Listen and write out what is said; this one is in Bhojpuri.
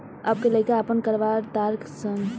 अब के लइका आपन करवा तारे सन